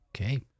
Okay